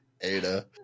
Ada